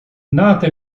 nata